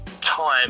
time